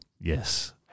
yes